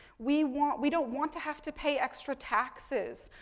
we want, we don't want to have to pay extra taxes.